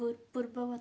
ପୂର୍ବବର୍ତ୍ତୀ